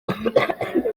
mbere